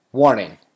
Warning